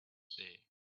there